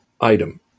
item